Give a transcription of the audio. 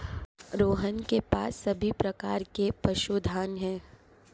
रोहन के पास सभी प्रकार के पशुधन है